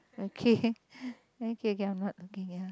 okay okay K I am not looking ya